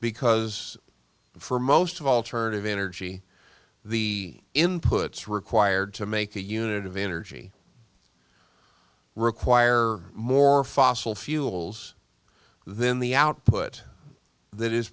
because for most of alternative energy the inputs required to make a unit of energy require more fossil fuels then the output that is